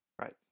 right